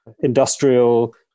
industrial